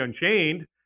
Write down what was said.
Unchained